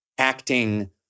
Acting